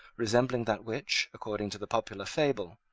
resembling that which, according to the popular fable,